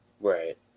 right